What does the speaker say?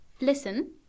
Listen